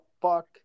fuck